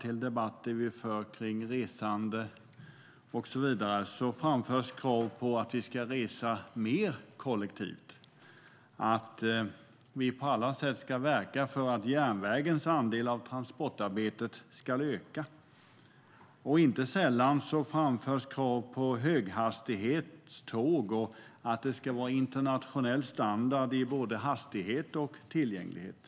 I debatten om resande och så vidare framförs väldigt ofta krav på att vi ska resa mer kollektivt och att vi på alla sätt ska verka för att järnvägens andel av transportarbetet ska öka. Inte sällan framförs krav på höghastighetståg och att det ska vara internationell standard när det gäller både hastighet och tillgänglighet.